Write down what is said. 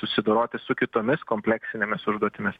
susidoroti su kitomis kompleksinėmis užduotimis